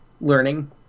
learning